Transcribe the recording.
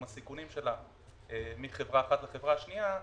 הסיכונים שלה מחברה אחת לחברה השנייה,